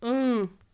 اۭں